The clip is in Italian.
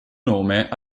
nome